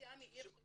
בת-ים היא עיר של